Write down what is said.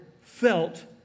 felt